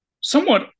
somewhat